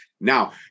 Now